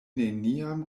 neniam